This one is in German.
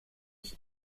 ich